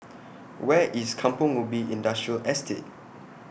Where IS Kampong Ubi Industrial Estate